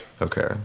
Okay